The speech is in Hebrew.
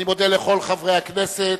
אני מודה לכל חברי הכנסת,